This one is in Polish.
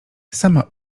sama